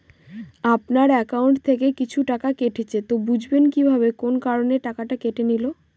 আপনার একাউন্ট থেকে কিছু টাকা কেটেছে তো বুঝবেন কিভাবে কোন কারণে টাকাটা কেটে নিল?